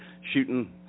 shooting